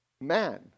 man